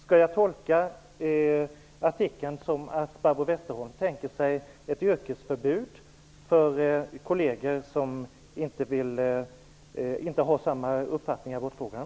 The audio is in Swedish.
Skall jag tolka artikeln som att Barbro Westerholm tänker sig ett yrkesförbud för kolleger som inte har samma uppfattning i abortfrågan?